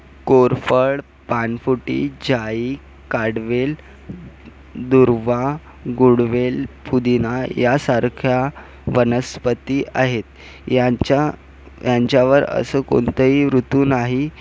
कोरफड पानफुटी जाई काडवेल दुर्वा गुडवेल पुदीना यासारख्या वनस्पती आहेत यांच्या यांच्यावर असं कोणतंही ऋतू नाही